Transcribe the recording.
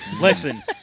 Listen